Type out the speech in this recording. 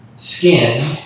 skin